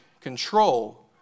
control